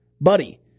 Buddy